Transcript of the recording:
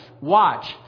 Watch